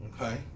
okay